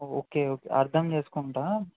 okay okay అర్ధం చేసుకుంటాను